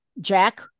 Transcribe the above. Jack